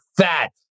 fat